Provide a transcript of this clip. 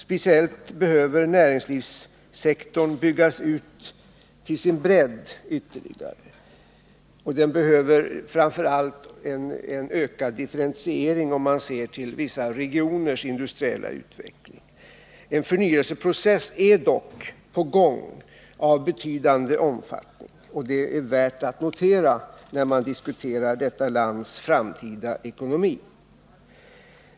Speciellt behöver näringslivssektorn byggas ut ytterligare när det gäller bredden, och framför allt behövs en ökad differentiering av vissa regioners industriella utveckling. En förnyelseprocess av betydande omfattning är dock på gång. Det är värt att notera när man diskuterar detta lands framtida ekonomi.